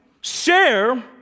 share